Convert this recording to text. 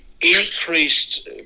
increased